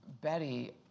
Betty